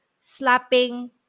slapping